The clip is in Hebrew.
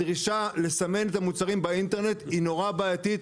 הדרישה לסמן את המוצרים באינטרנט נורא בעייתית.